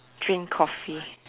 drink Coffee